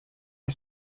are